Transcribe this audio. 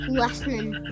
listening